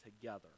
together